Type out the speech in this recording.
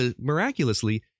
miraculously